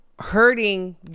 hurting